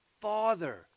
father